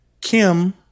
Kim